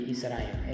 Israel